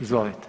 Izvolite.